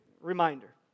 reminder